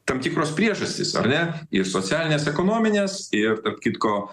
tam tikros priežastys ar ne ir socialinės ekonominės ir tarp kitko